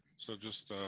so just